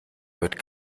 wird